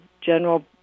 general